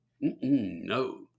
No